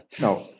No